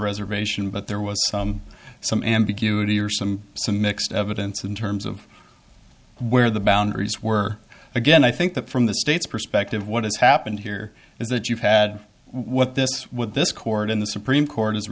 reservation but there was some ambiguity or some some mixed evidence in terms of where the boundaries were again i think that from the state's perspective what has happened here is that you've had what this what this court in the supreme court